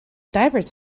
divers